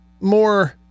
more